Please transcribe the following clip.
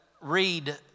read